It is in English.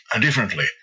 differently